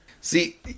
See